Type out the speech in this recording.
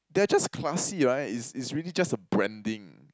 they're just classy right it's it's really just the branding